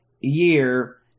year